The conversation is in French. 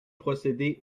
procéder